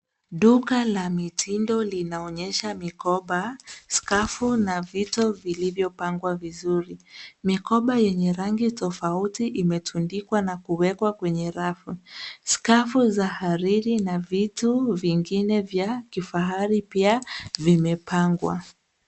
Duka la mitindo linaonyesha mikopa, skafu na vitu vilivyo pangwa vizuri. Mikoba yenye rangi tofauti imetundikwa na kuwekwa kwanye rafu. Skafu za hariri na vitu vingine vya kifahari pia vimepangwa.